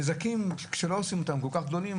והנזקים, כשלא עושים אותם, כל כך גדולים.